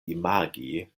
imagi